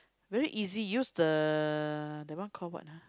very easy use the that one call what ah